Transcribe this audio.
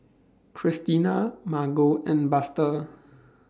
Christina Margo and Buster